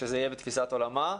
שזה יהיה בתפיסת עולמה,